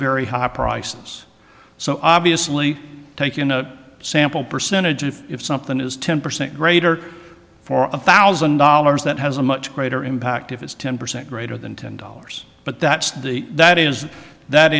very high prices so obviously taking a sample percentage of if something is ten percent greater for a thousand dollars that has a much greater impact if it's ten percent greater than ten dollars but that's the that is that